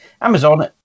Amazon